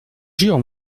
jure